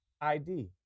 ID